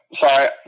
Sorry